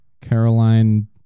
Caroline